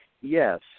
yes